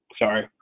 sorry